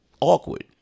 awkward